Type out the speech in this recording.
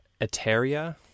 Eteria